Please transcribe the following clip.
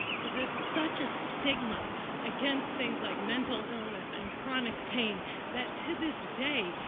because there's such a stigma against things like mental illness and chronic pain that to this day,